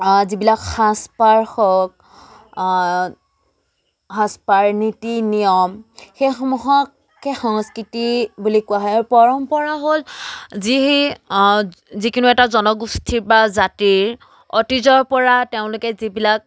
যিবিলাক সাজপাৰ হওক সাজপাৰ নীতি নিয়ম সেইসমূহকে সংস্কৃতি বুলি কোৱা হয় আৰু পৰম্পৰা হ'ল যি সেই যিকোনো এটা জনগোষ্ঠীৰ বা জাতিৰ অতীজৰ পৰা তেওঁলোকে যিবিলাক